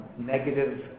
negative